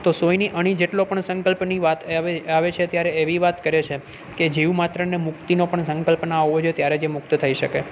તો સોયની અણી જેટલો પણ સંકલ્પની વાત અવે આવે છે ત્યારે એવી વાત કરે છે કે જીવ માત્રને મુક્તિનો પણ સંકલ્પ ના હોવો જોએ ત્યારે જ એ મુક્ત થઈ શકે